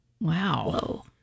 Wow